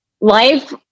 life